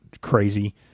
crazy